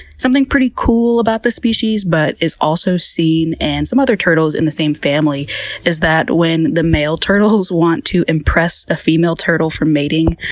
something pretty cool about the species but is also seen in and some other turtles in the same family is that when the male turtles want to impress a female turtle for mating,